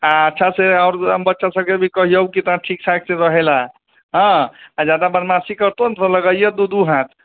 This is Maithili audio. अच्छा से और बच्चा सबके भी कहियौ केना ठीकठाक रहै लऽ हाँ जादा बदमासी करतौ ने तऽ लगैहिये दू दू हाथ